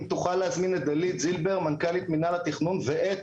את דלית זילבר, מנכ"לית מנהל התכנון, ואת